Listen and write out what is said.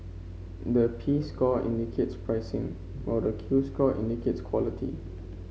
the P score indicates pricing while the Q score indicates quality